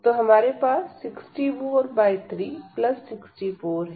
तो हमारे पास 643 64 है